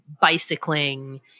bicycling